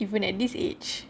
even at this age